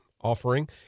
offering